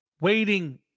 waiting